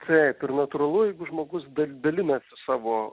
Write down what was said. taip ir natūralu jeigu žmogus dal dalinasi savo